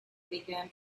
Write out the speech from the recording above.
began